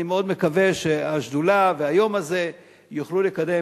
אני מאוד מקווה שהשדולה והיום הזה יוכלו לקדם